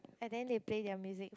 and then they play their music